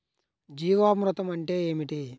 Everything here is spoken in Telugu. జీవామృతం అంటే ఏమిటి?